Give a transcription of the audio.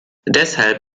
deshalb